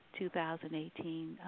2018